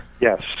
Yes